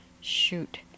shoot